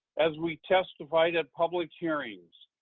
as we testified at public hearings,